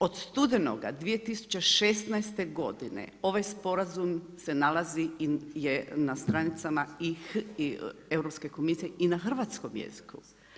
Od studenoga 2016. godine, ovaj sporazum se nalazi i na stranicama Europske komisije i na hrvatskom jeziku.